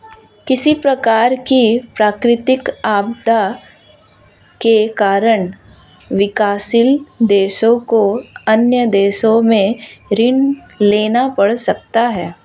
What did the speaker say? किसी प्रकार की प्राकृतिक आपदा के कारण विकासशील देशों को अन्य देशों से ऋण लेना पड़ सकता है